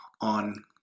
on